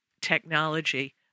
technology